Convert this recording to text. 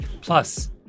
Plus